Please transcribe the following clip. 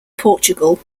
portugal